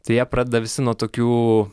tai jie pradeda visi nuo tokių